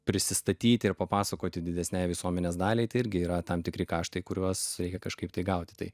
prisistatyti ir papasakoti didesnei visuomenės daliai tai irgi yra tam tikri kaštai kuriuos reikia kažkaip tai gauti tai